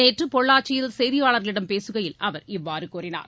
நேற்று பொள்ளாச்சியில் செய்தியாளர்களிடம் பேசுகையில் அவர் இவ்வாறு கூறினார்